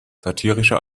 satirische